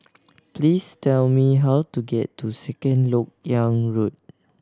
please tell me how to get to Second Lok Yang Road